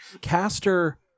Caster